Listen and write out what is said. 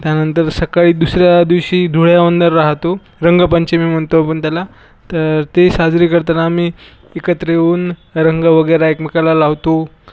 त्यानंतर सकाळी दुसऱ्या दिवशी धुळ्यावंदन राहतो रंगपंचमी म्हतो आपण त्याला तर ते साजरी करताना आम्ही एकत्र येऊन रंग वगैरे एकमेकाला लावतो